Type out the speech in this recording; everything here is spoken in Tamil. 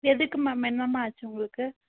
எதுக்கு மேம் என்னம்மா ஆச்சு உங்களுக்கு